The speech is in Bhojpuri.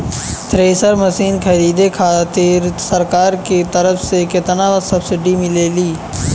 थ्रेसर मशीन खरीदे खातिर सरकार के तरफ से केतना सब्सीडी मिली?